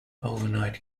overnight